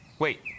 Wait